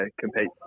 compete